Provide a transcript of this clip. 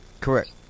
correct